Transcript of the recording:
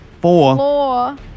four